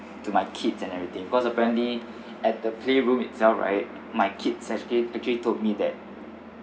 to my kids and everything because apparently at the playroom itself right my kids actually actually told me that